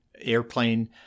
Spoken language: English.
airplane